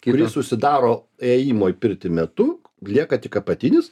kuri susidaro ėjimo į pirtį metu lieka tik apatinis